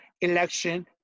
election